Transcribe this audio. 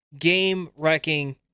Game-wrecking